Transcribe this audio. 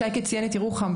שייקה ציין את ירוחם,